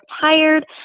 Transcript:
tired